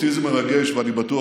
אותי זה מרגש, ואני בטוח